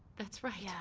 that's right. yeah